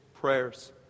prayers